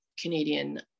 Canadian